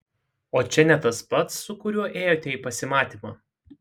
o čia ne tas pats su kuriuo ėjote į pasimatymą